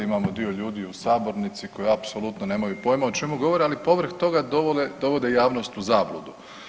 Imamo dio ljudi u sabornici koji apsolutno nemaju pojima o čemu govore, ali povrh toga dovode javnost u zabludu.